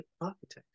Architect